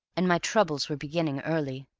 and my troubles were beginning early.